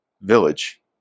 village